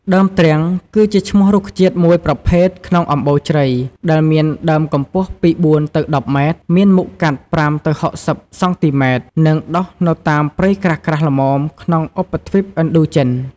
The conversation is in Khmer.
ដើមទ្រាំងគឺជាឈ្មោះរុក្ខជាតិមួយប្រភេទក្នុងអំបូរជ្រៃ ដែលមានដើមខ្ពស់ពី ៤ ទៅ ១០ ម៉ែត្រ មានមុខកាត់ ៥០ ទៅ ៦០ សង់ទីម៉ែត្រ និងដុះនៅតាមព្រៃក្រាស់ៗល្មមក្នុងឧបទ្វីបឥណ្ឌូចិន។